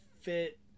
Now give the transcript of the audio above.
fit